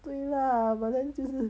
对 lah but then 就是